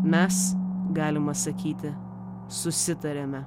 mes galima sakyti susitarėme